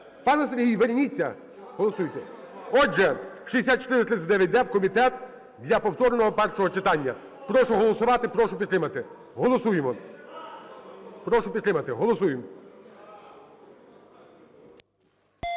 Пане Сергій, верніться! Голосуйте. Отже, 6439-д - в комітет для повторного першого читання. Прошу голосувати, прошу підтримати. Голосуємо. Прошу підтримати. Голосуємо.